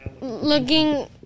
looking